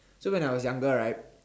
so when I was younger right